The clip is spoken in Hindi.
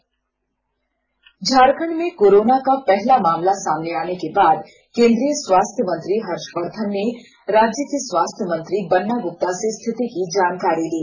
बन्ना गुप्ता झारखण्ड में कोरोना का पहला मामला सामने आने के बाद केन्द्रीय स्वास्थ्य मंत्री हर्षवर्धन ने राज्य के स्वास्थ्य मंत्री बन्ना गुप्ता से स्थिति की जानकारी ली